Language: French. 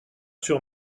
sur